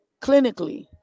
clinically